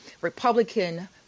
Republican